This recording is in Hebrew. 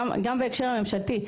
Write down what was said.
גם בהקשר הממשלתי.